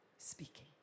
speaking